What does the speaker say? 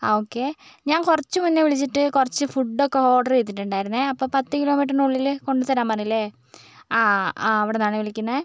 okay ഞാൻ കുറച്ചു മുൻപേ വിളിച്ചിട്ട് കുറച്ചു ഫുഡ് ഒക്കെ ഓർഡർ ചെയ്തിട്ടുണ്ടായിരുന്നേ അപ്പോൾ പത്ത് കിലോമീറ്ററിനുള്ളില് കൊണ്ട് തരാൻ പറഞ്ഞില്ലേ അ ആ അവിടുന്നാന്നേ വിളിക്കുന്നേ